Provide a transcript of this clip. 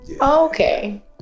okay